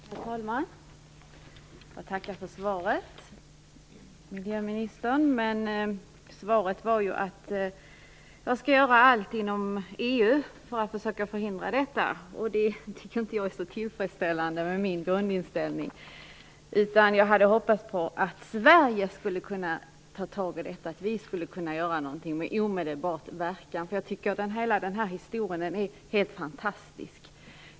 Herr talman! Jag tackar för svaret, miljöministern. Svaret var: Jag skall göra allt inom EU för att försöka förhindra detta. Det tycker inte jag med min grundinställning är så tillfredsställande. Jag hade hoppats på att Sverige skulle kunna ta tag i detta och göra något med omedelbar verken. Jag tycker att hela den här historien är helt fantastisk.